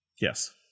Yes